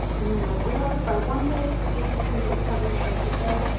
the numeral zero by one wave from a to c, recovering again to a,